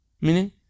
meaning